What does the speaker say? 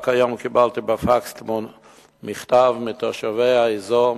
רק היום קיבלתי בפקס מכתב מתושבי האזור,